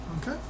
Okay